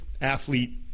athlete